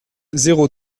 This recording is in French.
zéro